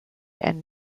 and